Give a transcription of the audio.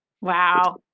Wow